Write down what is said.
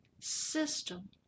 system